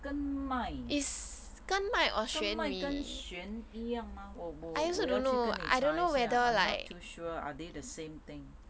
耕麦耕麦跟玄米一样吗我我我要去跟你查一下 I'm not sure are they the same thing